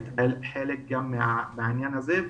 היא הייתה חלק גם מהעניין הזה,